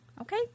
Okay